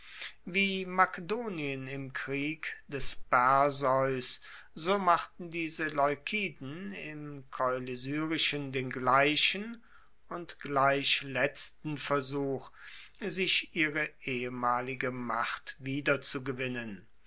wie makedonien im krieg des perseus so machten die seleukiden im koilesyrischen den gleichen und gleich letzten versuch sich ihre ehemalige macht